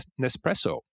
Nespresso